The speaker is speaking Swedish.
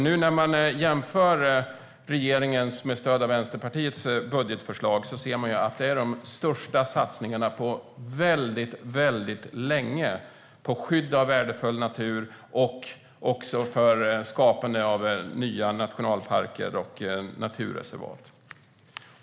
När man jämför förslaget från regeringen med stöd av Vänsterpartiet ser man att det är de största satsningarna på mycket länge på skydd av värdefull natur och även för skapande av nya nationalparker och naturreservat.